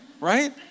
Right